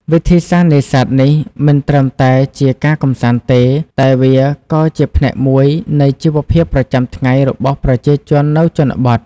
វិធីសាស្រ្តនេសាទនេះមិនត្រឹមតែជាការកម្សាន្តទេ តែវាក៏ជាផ្នែកមួយនៃជីវភាពប្រចាំថ្ងៃរបស់ប្រជាជននៅជនបទ។